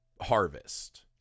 harvest